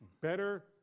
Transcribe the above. Better